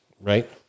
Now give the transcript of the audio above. Right